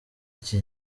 iki